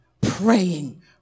praying